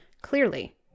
Clearly